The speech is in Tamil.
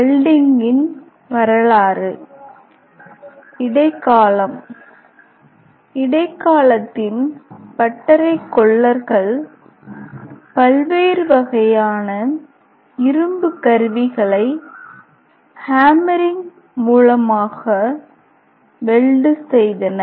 வெல்டிங்கின் வரலாறு இடைக்காலம் இடைக்காலத்தின் பட்டறைக்கொல்லர்கள் பல்வேறு வகையான இரும்புக் கருவிகளை ஹேமரிங் மூலமாக வெல்டு செய்தனர்